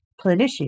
Planitia